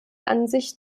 ansicht